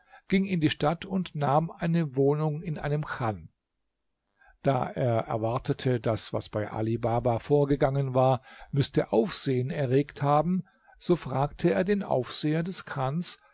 ging in die stadt und nahm eine wohnung in einem chan da er erwartete das was bei ali baba vorgegangen war müßte aufsehen erregt haben so fragte er den aufseher des chans